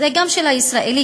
גם של הישראלי,